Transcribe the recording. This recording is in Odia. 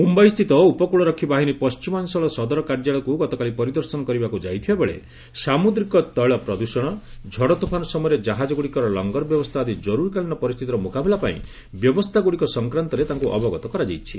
ମୁମ୍ୟାଇସ୍ଥିତ ଉପକୂଳ ରକ୍ଷୀ ବାହିନୀ ପଶ୍ଚିମାଞ୍ଚଳ ସଦର କାର୍ଯ୍ୟାଳୟକୁ ଗତକାଲି ପରିଦର୍ଶନ କରିବାକୁ ଯାଇଥିବାବେଳେ ସାମୁଦ୍ରିକ ତେିଳ ପ୍ରଦୃଷଣ ଝଡ ତୋଫାନ ସମୟରେ କାହାଜଗୁଡିକର ଲଙ୍ଗର ବ୍ୟବସ୍ଥା ଆଦି ଜରୁରୀକାଳୀନ ପରିସ୍ଥିତିର ମୁକାବିଲା ପାଇଁ ବ୍ୟବସ୍ଥାଗୁଡିକ ସଂକ୍ରାନ୍ତରେ ତାଙ୍କୁ ଅବଗତ କରାଯାଇଛି